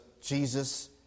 Jesus